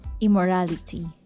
immorality